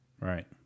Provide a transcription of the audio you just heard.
Right